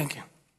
כן, כן.